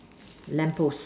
lamp post